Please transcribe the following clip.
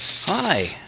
Hi